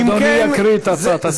אדוני יקרא את הצעת הסיכום.